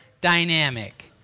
dynamic